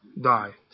die